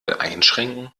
einschränken